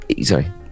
sorry